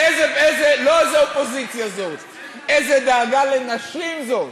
לא איזו אופוזיציה זאת, איזו דאגה לנשים זאת?